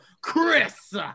Chris